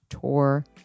tour